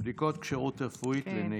בדיקות כשירות רפואית לנהיגה.